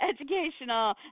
educational